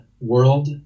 world